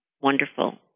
wonderful